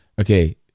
okay